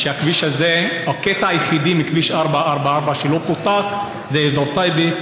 בכביש הזה הקטע היחידי מכביש 444 שלא פותח זה אזור טייבה,